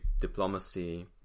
diplomacy